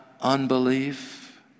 unbelief